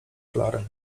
klarę